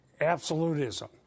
absolutism